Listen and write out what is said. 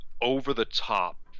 over-the-top